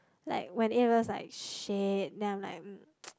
like my A-levels like shit then I like